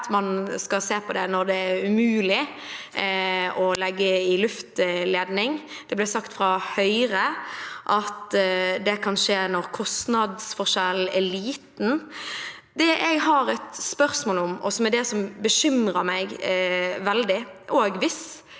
at man skal se på dette når det er umulig å legge det i luftledning. Det ble sagt fra Høyre at dette kan skje når kostnadsforskjellen er liten. Jeg har et spørsmål om noe som bekymrer meg veldig, også hvis